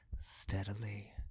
steadily